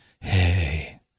hey